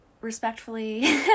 respectfully